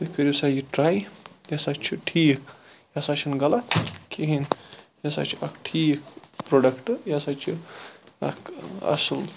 تُہۍ کٔرِو سا یہِ ٹرے یہِ ہَسا چھُ ٹھیٖک یہِ ہَسا چھُنہٕ غَلَط کِہِیٖنۍ یہِ ہَسا چھُ اکھ ٹھیٖک پروڈَکٹ یہِ ہَسا چھُ اکھ اصل